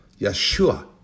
Yeshua